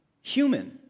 human